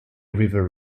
river